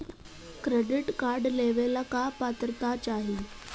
Credit card लेवेला का पात्रता चाही?